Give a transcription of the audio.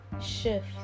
shift